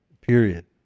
period